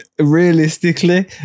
Realistically